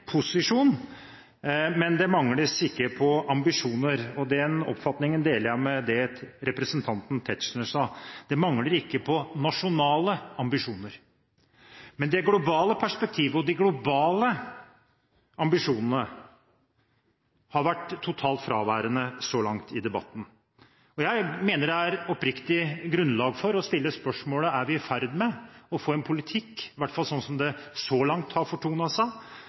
posisjon, men det mangler ikke på ambisjoner. Den oppfatningen deler jeg med representanten Tetzschner, som sa at det ikke mangler på nasjonale ambisjoner. Men det globale perspektivet og de globale ambisjonene har vært totalt fraværende så langt i debatten. Jeg mener det er oppriktig grunnlag for å stille spørsmålet om vi er i ferd med å få en politikk – i hvert fall sånn som det så langt har fortonet seg